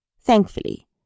Thankfully